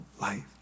life